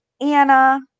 Anna